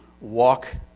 walk